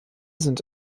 sind